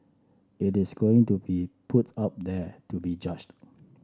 it is going to be put out there to be judged